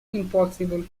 impossible